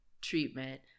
treatment